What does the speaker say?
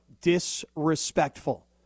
disrespectful